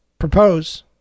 propose